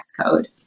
code